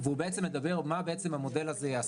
מה המודל הזה יעשה.